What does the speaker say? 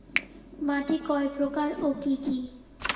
মাটি কয় প্রকার ও কি কি?